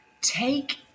take